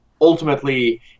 ultimately